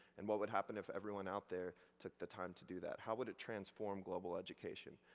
and what would happen if everyone out there took the time to do that? how would it transform global education?